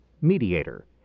mediator